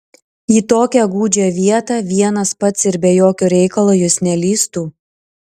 į tokią gūdžią vietą vienas pats ir be jokio reikalo jis nelįstų